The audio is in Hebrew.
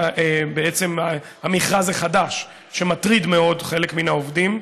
בעצם המכרז החדש, שמטריד מאוד חלק מהעובדים,